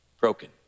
Broken